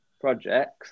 projects